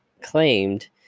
claimed